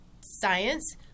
science